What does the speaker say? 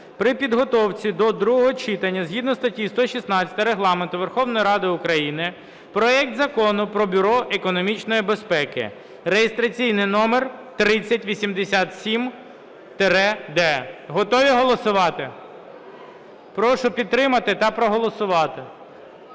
при підготовці до другого читання згідно статті 116 Регламенту Верховної Ради України проект Закону про Бюро економічної безпеки (реєстраційний номер 3087-д). Готові голосувати? Прошу підтримати та проголосувати.